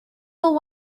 will